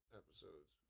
episodes